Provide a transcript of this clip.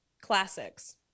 classics